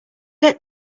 get